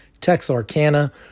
Texarkana